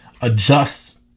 adjust